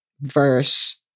verse